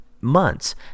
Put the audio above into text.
months